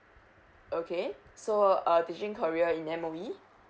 okay so a teaching career in M_O_E